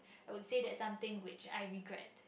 I would say that something which I regret